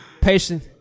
patient